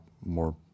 more